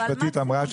כי